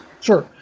Sure